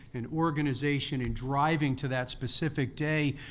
an organization in driving to that specific day.